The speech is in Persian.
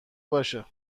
باشه